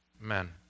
man